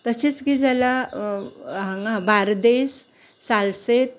तशेंच कितें जाला हांगा बार्देस सालसेत